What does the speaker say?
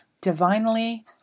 divinely